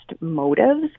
motives